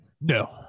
No